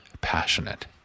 passionate